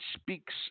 speaks